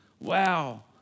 Wow